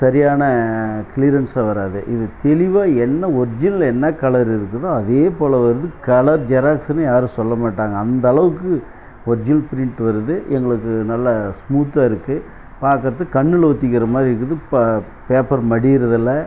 சரியான க்ளியரன்ஸ்ஸாக வராது இது தெளிவாக என்ன ஒரிஜினல் என்ன கலர் இருக்குதோ அதே போல் வருது கலர் ஜெராக்ஸுன்னு யாரும் சொல்ல மாட்டாங்க அந்தளவுக்கு ஒரிஜினல் ப்ரிண்ட் வருது எங்களுக்கு நல்லா ஸ்மூத்தாக இருக்குது பார்க்குறதுக்கு கண்ணில் ஒத்திக்கிற மாதிரி இருக்குது பா பேப்பர் மடிகிறதில்ல